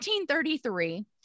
1933